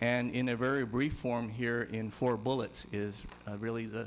and in a very brief form here in four bullets is really the